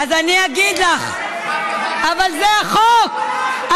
לא, אבל זה החוק.